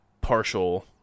partial